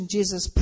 Jesus